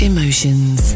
Emotions